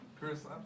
Chris